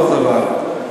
ואותו דבר.